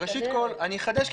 אני אחדש,